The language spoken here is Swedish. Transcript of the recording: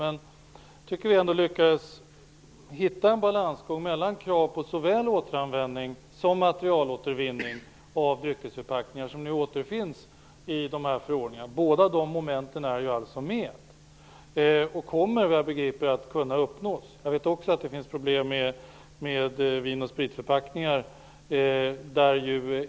Men jag tycker ändå att vi lyckades få balans mellan krav på såväl återanvändning som materialåtervinning av dryckesförpackningar. De kraven återfinns i förordningarna. Båda de momenten finns alltså med och kraven kommer, såvitt jag begriper, att uppnås. Jag vet också att det finns problem med Vin och Sprit förpackningar.